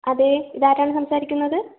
അതെ ഇതാരാണ് സംസാരിക്കുന്നത്